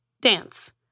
dance